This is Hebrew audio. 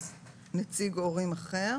נציג הורים אחר